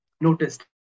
noticed